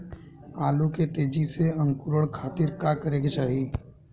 आलू के तेजी से अंकूरण खातीर का करे के चाही?